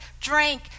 drink